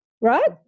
right